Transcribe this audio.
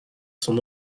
sont